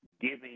giving